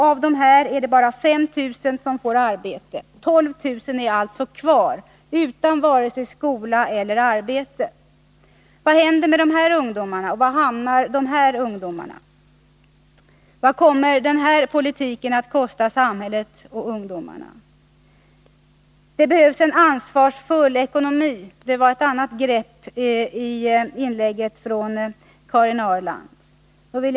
Av dem är det bara 5 000 som får arbete. 12 000 är kvar utan vare sig skola eller arbete. Vad händer med dessa ungdomar? Var hamnar dessa ungdomar? Vad kommer denna politik att kosta samhället och ungdomarna? Det behövs en ansvarsfull ekonomi — det var ett annat grepp i Karin Ahrlands inlägg.